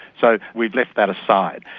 so we've left that aside.